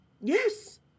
Yes